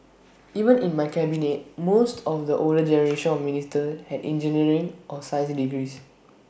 even in my cabinet most of the older generation of ministers had engineering or science degrees